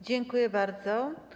Dziękuję bardzo.